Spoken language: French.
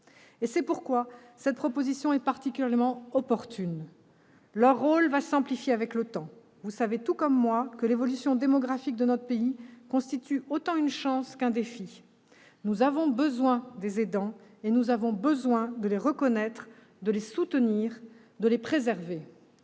C'est pourquoi cette proposition de loi est particulièrement opportune. Le rôle des aidants va s'amplifier avec le temps. Vous savez, tout comme moi, que l'évolution démographique de notre pays constitue autant une chance qu'un défi. Nous avons besoin des aidants et nous devons les reconnaître, les soutenir, les préserver,